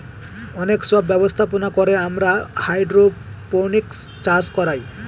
অনেক সব ব্যবস্থাপনা করে আমরা হাইড্রোপনিক্স চাষ করায়